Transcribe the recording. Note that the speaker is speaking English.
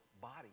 body